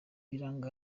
biranga